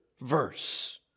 verse